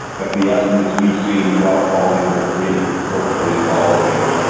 but the estimates we've seen as well fall into the three to four trillion dollar range.